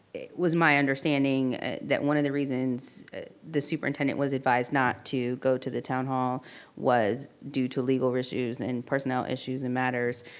it was my understanding that one of the reasons the superintendent was advised not to go to the town hall was due to legal issues and personnel issues and matters,